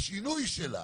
השינוי שלה